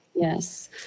Yes